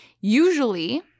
Usually